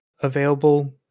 available